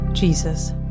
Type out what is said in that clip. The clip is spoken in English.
Jesus